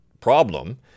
problem